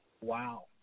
Wow